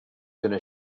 gonna